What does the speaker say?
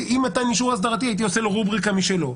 ואי מתן אישור אסדרתי הייתי עושה לו רובריקה משלו.